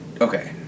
Okay